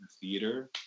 theater